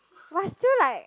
what still like